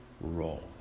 role